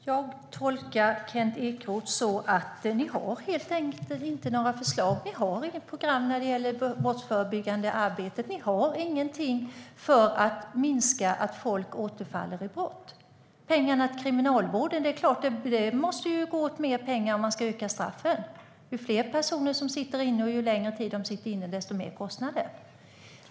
Herr talman! Jag tolkar Kent Ekeroth som att ni helt enkelt inte har några förslag. Ni har inget program när det gäller brottsförebyggande arbete. Ni har ingenting för att minska risken att folk återfaller i brott. Det är klart att det måste gå åt mer pengar till Kriminalvården om man ska skärpa straffen. Ju fler personer som sitter inne och ju längre tid de sitter inne, desto mer kostnader.